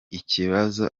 ikibazo